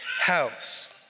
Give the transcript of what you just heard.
house